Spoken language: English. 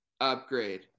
upgrade